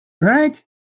Right